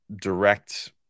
direct